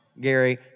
Gary